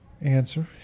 Answer